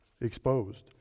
exposed